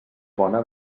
bona